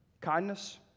kindness